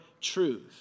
truth